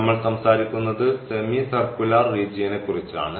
നമ്മൾ സംസാരിക്കുന്നത് semi circular റീജിയനെ കുറിച്ചാണ്